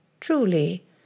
truly